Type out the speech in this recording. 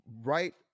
right